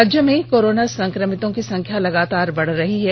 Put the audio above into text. राज्य में कोरोना संक्रमितों की संख्या लगातार बढ़ रही है